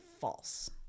false